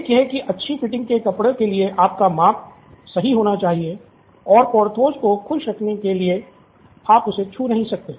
एक यह की अच्छी फिटिंग के कपड़े के लिए आपका माप सही होना चाहिए और पोर्थोस को खुश रखने के लिए आप उसे छू नहीं सकते